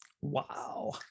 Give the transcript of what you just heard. Wow